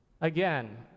Again